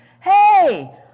Hey